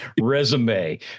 resume